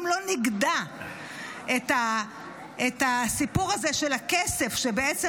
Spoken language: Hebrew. אם לא נגדע את הסיפור הזה של הכסף שבעצם